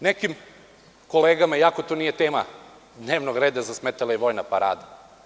Nekim kolegama, iako to nije tema dnevnog reda, zasmetala je i vojna parada.